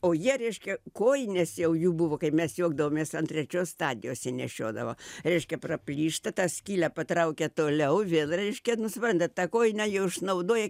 o jie reiškia kojinės jau jų buvo kaip mes juokdavomės ant trečios stadijos jie nešiodavo reiškia praplyšta tą skylę patraukia toliau vėl reiškia nu suprantat tą kojinę jau išnaudoja